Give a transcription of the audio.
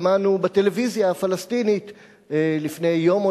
שמענו בטלוויזיה הפלסטינית לפני יום או